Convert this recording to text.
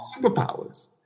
superpowers